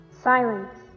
Silence